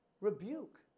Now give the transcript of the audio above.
rebuke